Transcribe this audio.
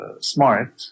smart